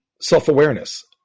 self-awareness